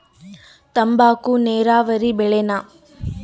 ತಂಬಾಕು ನೇರಾವರಿ ಬೆಳೆನಾ?